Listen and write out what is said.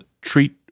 Treat